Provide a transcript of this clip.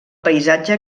paisatge